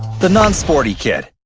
the non-sporty kid